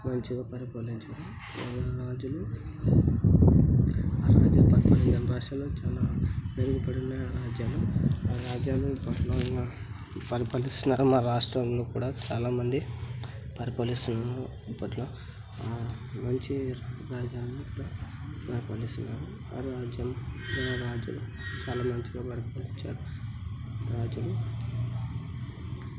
మంచిగా పరిపాలించారు వాళ్ళ రాజులు ఆ రాజ్యాలు పరిపాలించిన రాష్ట్రాలు చాలా భయంపడున్న రాజ్యాలు ఆ రాజ్యాలు ఇప్పట్లో ఇంకా పరిపాలిస్తున్నారు మా రాష్ట్రంలో కూడా చాలామంది పరిపాలిస్తున్నా అప్పట్లో మంచి రాజ్యాలను కూడా పరిపాలిస్తున్నారు ఆ రాజ్యం ఆ రాజులు చాలా మంచిగా పరిపాలించారు ఆ రాజులు